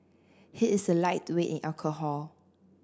he is a lightweight in alcohol